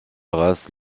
race